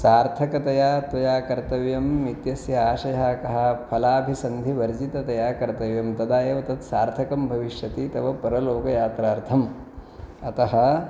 सार्थकतया त्वया कर्तव्यम् इत्यस्य आशयः कः फलाभिसन्धिवर्जिततया कर्तव्यं तदा एव तद् सार्थकं भविष्यति तव परलोकयात्रार्थम् अतः